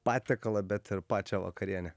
patiekalą bet ir pačią vakarienę